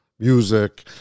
music